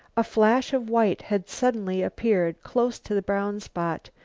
a flash of white had suddenly appeared close to the brown spot,